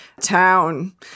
town